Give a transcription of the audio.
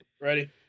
Ready